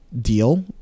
deal